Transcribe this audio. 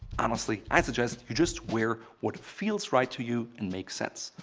honestly, i suggest you just wear what feels right to you and make sense.